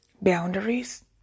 boundaries